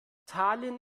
tallinn